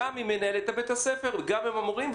גם עם מנהלת בית הספר וגם עם המורים,